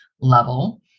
level